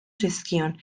zizkion